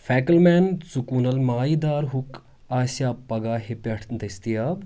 فیکل مین ژُکوٗنل مایہِ دار ہُک آسیٚا پگاہہِ پٮ۪ٹھ دٔستِیاب